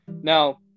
now